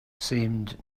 seemed